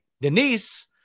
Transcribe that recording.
Denise